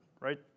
right